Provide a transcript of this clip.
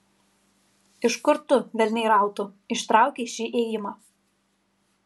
iš kur tu velniai rautų ištraukei šį ėjimą